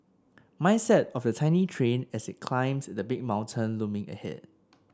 mindset of the tiny train as it climbed the big mountain looming ahead